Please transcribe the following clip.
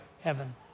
heaven